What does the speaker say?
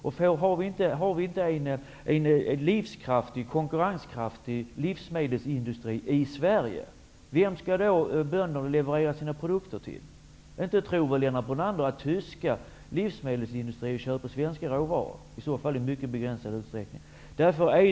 Vem skall bönderna i Sverige leverera sina produkter till om vi inte har en konkurrenskraftig livsmedelsindustri? Inte tror väl Lennart Brunander att tyska livsmedelsindustrier köper svenska råvaror. I så fall gör de det i mycket begränsad utsträckning.